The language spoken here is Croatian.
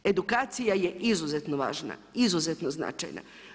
Edukacija je izuzetno važna, izuzetno značajna.